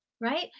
right